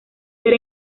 ser